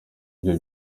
ibyo